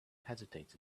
hesitates